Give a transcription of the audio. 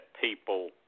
people